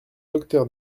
docteur